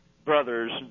Brothers